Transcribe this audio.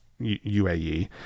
uae